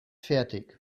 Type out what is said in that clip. fertig